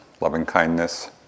loving-kindness